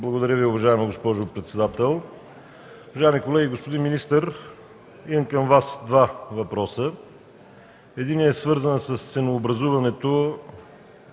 Благодаря Ви, уважаема госпожо председател. Уважаеми колеги! Господин министър, имам към Вас два въпроса. Единият е свързан с ценообразуването